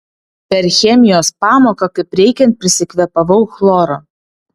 per chemijos pamoką kaip reikiant prisikvėpavau chloro